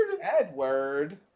Edward